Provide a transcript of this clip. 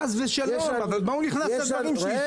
חס ושלום, אבל למה הוא נכנס לדברים שלי?